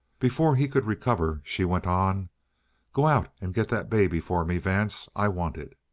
before he could recover, she went on go out and get that baby for me, vance. i want it.